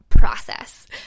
process